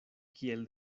kiel